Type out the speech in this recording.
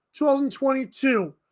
2022